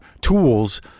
tools